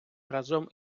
разом